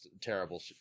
terrible